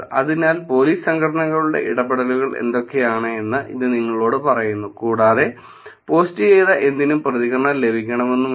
അതിനാൽ പോലീസ് സംഘടനകളുടെ ഇടപെടലുകൾ എന്തൊക്കെയാണെന്ന് ഇത് നിങ്ങളോട് പറയുന്നു കൂടാതെ പോസ്റ്റുചെയ്ത എന്തിനും പ്രതികരണം ലഭിക്കണമെന്നുമില്ല